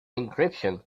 encryption